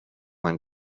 man